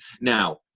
Now